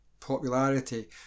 popularity